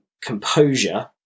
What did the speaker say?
composure